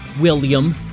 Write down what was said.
William